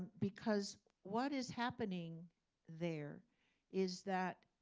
because what is happening there is that